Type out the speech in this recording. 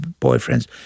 boyfriends